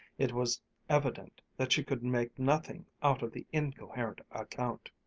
it was evident that she could make nothing out of the incoherent account.